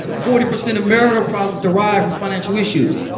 forty percent of marital problems derive from financial issues.